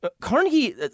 Carnegie